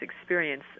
experience